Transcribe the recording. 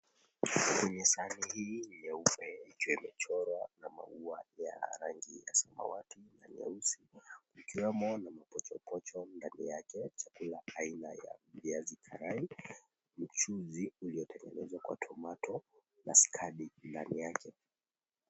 Kwenye sahani hii nyeupe ikiwa imechorwa maua ya rangi ya samawati na nyeusi ikiwemo na mapochopocho ndani yake, chakula aina ya viazi karai mchuzi uliyotengeneza kwa tomato na skadi ndani yake.